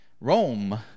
Rome